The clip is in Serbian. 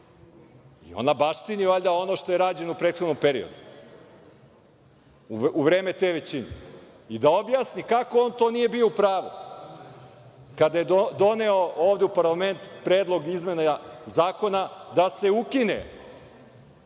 i ona baštini valjda ono što je rađeno u prethodnom periodu, u vreme te većine, i da objasni kako on to nije bio u pravu kada je doneo ovde u parlament predlog izmena zakona da se ukine